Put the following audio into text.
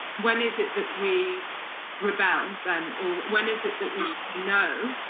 when is it that we rebel then or when is it that we you know